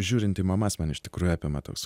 žiūrint į mamas man iš tikrųjų apima toks